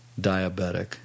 diabetic